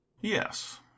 yes